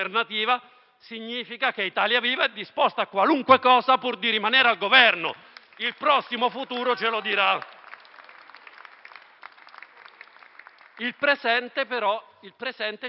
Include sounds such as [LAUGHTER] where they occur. significa che Italia Viva è disposta a qualunque cosa, pur di rimanere al Governo. [APPLAUSE] Il prossimo futuro ce lo dirà. Il presente però ci lascia